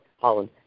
Holland